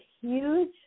huge